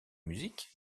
musique